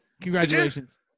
congratulations